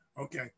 Okay